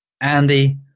Andy